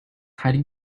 hiding